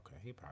okay